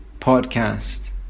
podcast